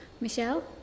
Michelle